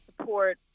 support